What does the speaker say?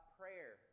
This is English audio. prayer